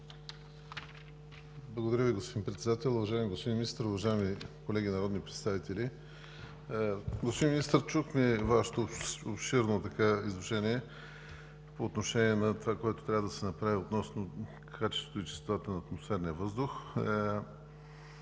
Благодаря Ви, господин Председател. Уважаеми господин Министър, уважаеми колеги народни представители! Господин Министър, чухме Вашето обширно изложение по отношение на това, което трябва да се направи относно качеството и чистотата на атмосферния въздух.